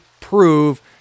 prove